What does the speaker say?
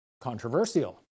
controversial